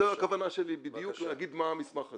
זו הכוונה שלי בדיוק, להגיד מה המסמך הזה.